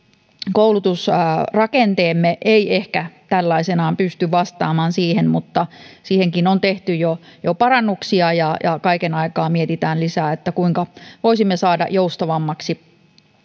koulutusrakenteemme ei ehkä tällaisenaan pysty vastaamaan siihen mutta siihenkin on tehty jo jo parannuksia ja ja kaiken aikaa mietitään lisää kuinka voisimme saada joustavammaksi